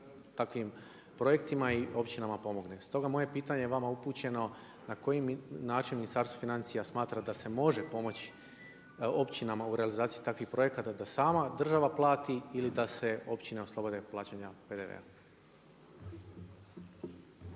takvim projektima i općinama pomogne. Stoga moje pitanje vama upućeno na koji način Ministarstvo financija smatra da može pomoći općinama u realizaciji takvih projekata, da sama država plati ili da se općine oslobode plaćanja PDV-a?